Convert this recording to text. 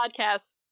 podcasts